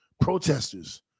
protesters